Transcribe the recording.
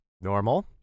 Normal